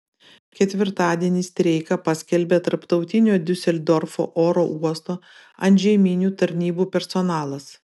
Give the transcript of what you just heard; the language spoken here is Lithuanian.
ketvirtadienį streiką paskelbė tarptautinio diuseldorfo oro uosto antžeminių tarnybų personalas